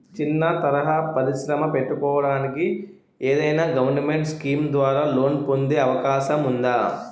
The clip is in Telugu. చిన్న తరహా పరిశ్రమ పెట్టుకోటానికి ఏదైనా గవర్నమెంట్ స్కీం ద్వారా లోన్ పొందే అవకాశం ఉందా?